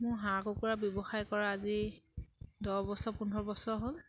মোৰ হাঁহ কুকুৰা ব্যৱসায় কৰা আজি দহ বছৰ পোন্ধৰ বছৰ হ'ল